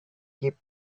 keep